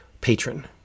patron